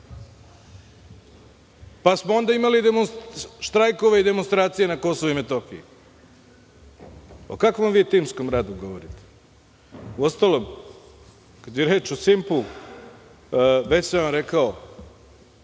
Onda smo imali štrajkove i demonstracije na Kosovu i Metohiji. O kakvom vi timskom radu govorite? Uostalom kada je reč o „Simpu“ već sam vam rekao.